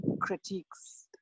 critiques